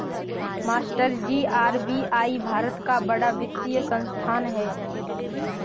मास्टरजी आर.बी.आई भारत का बड़ा वित्तीय संस्थान है